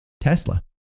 Tesla